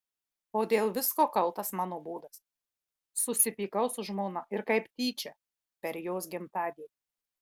o dėl visko kaltas mano būdas susipykau su žmona ir kaip tyčia per jos gimtadienį